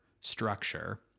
structure